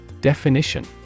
Definition